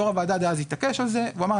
יושב-ראש הוועדה דאז התעקש על זה ואמר: